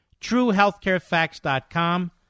TrueHealthCareFacts.com